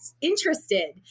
interested